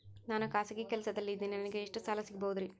ನಾನು ಖಾಸಗಿ ಕೆಲಸದಲ್ಲಿದ್ದೇನೆ ನನಗೆ ಎಷ್ಟು ಸಾಲ ಸಿಗಬಹುದ್ರಿ?